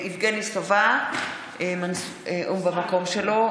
יבגני סובה, הוא במקום שלו.